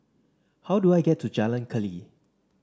how do I get to Jalan Keli